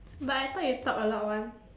but I thought you talk a lot [one]